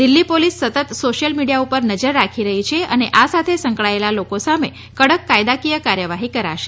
Delhi police સતત social media ઉપર નજર રાખી રહી છે અને આ સાથે સંકળાયેલા લોકો સામે કડક કાયદાકીય કાર્યવાહી કરશે